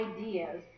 ideas